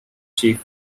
chief